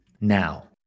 now